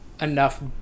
enough